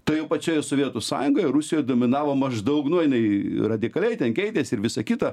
toje pačioje sovietų sąjungoje rusijoje dominavo maždaug nu jinai radikaliai ten keitėsi ir visa kita